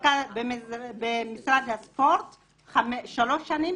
ובמשרד הספורט שלוש שנים